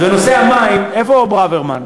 אז בנושא המים, איפה ברוורמן?